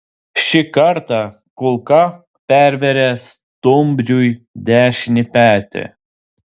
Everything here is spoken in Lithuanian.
šį kartą kulka pervėrė stumbriui dešinį petį